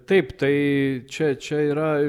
taip tai čia čia yra